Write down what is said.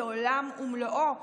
זה עולם ומלואו.